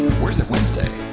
where's the wednesday